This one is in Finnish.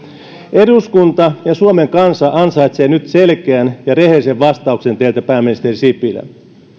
eduskunta ja suomen kansa ansaitsevat nyt selkeän ja rehellisen vastauksen teiltä pääministeri sipilä